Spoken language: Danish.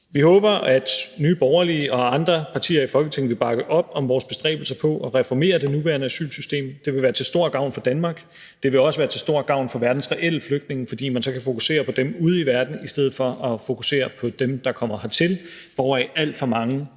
Vi håber, at Nye Borgerlige og andre partier i Folketinget vil bakke op om vores bestræbelser på at reformere det nuværende asylsystem, for det vil være til stor gavn for Danmark, det vil også være til stor gavn for verdens reelle flygtninge, fordi man så kan fokusere på dem ude i verden i stedet for at fokusere på dem, der kommer hertil, hvoraf alt for mange